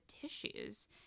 tissues